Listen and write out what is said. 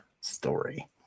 story